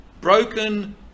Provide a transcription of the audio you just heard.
Broken